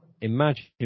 Imagine